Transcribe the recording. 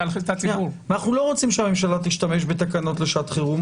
ואנו לא רוצים שהממשלה תשתמש בתקנות שעת חירום,